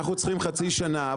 אנחנו צריכים חצי שנה,